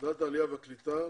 ועדת העלייה, הקליטה